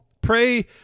Pray